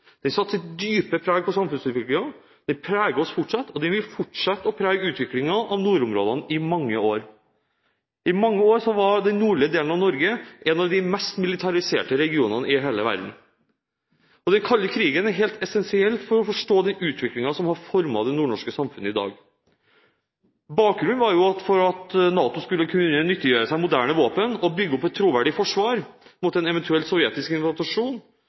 Den satte sitt dype preg på samfunnsutviklingen. Den preger oss fortsatt og vil fortsette å prege utviklingen av nordområdene i mange år. I mange år var den nordlige delen av Norge en av de mest militariserte regioner i hele verden. Den kalde krigen er helt essensiell for å forstå den utviklingen som har formet det nordnorske samfunnet i dag. For at NATO skulle kunne nyttiggjøre seg moderne våpen og bygge opp et troverdig forsvar mot en eventuell